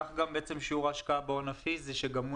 וכך גם בעצם שיעור ההשקעה בהון הפיזי שגם הוא